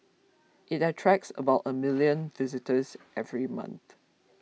it attracts about a million visitors every month